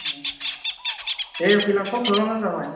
दे फैब्ला कल खालामब्लानो जाबाय